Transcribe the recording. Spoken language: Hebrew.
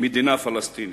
"מדינה פלסטינית".